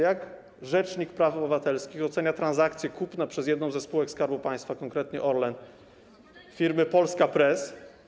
Jak rzecznik praw obywatelskich ocenia transakcję kupna przez jedną ze spółek Skarbu Państwa, konkretnie przez Orlen, firmy Polska Press?